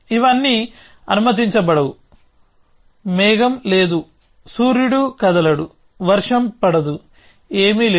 ఇవన్నీ అనుమతించబడవు మేఘం లేదు సూర్యుడు కదలడు వర్షం పడదు ఏమీ లేదు